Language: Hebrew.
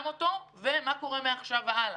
מרגע זה מה קורה הלאה?